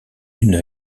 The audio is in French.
une